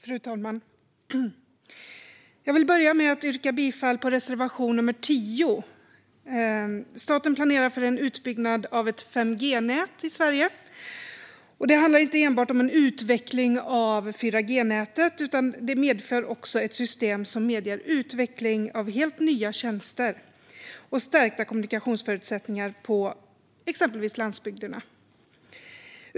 Fru talman! Jag vill börja med att yrka bifall till reservation 10. Staten planerar för utbyggnad av ett 5G-nät i Sverige. Det handlar inte enbart om en utveckling av 4G-nätet utan medför också ett system som medger utveckling av helt nya tjänster samt stärkta kommunikationsförutsättningar på exempelvis landsbygderna.